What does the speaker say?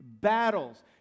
battles